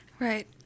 Right